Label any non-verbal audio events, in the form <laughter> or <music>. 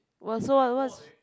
was so I was <noise>